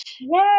Yay